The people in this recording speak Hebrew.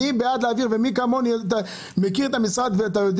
אני בעד להעביר להן ומי כמוני מכיר את משרד הפנים ואתה יודע